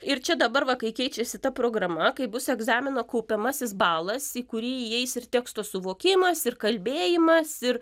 ir čia dabar va kai keičiasi ta programa kaip bus egzamino kaupiamasis balas į kurį įeis ir teksto suvokimas ir kalbėjimas ir